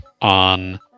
on